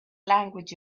language